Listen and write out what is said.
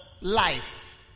life